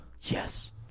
Yes